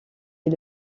est